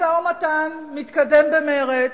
משא-ומתן מתקדם במרץ,